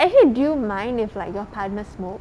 actually do you mind if like your partner smoke